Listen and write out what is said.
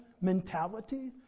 mentality